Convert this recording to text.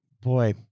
boy